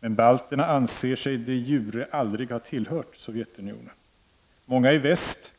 Men balterna anser sig de jure aldrig ha tillhört Sovjetunionen. Många i väst